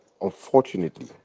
unfortunately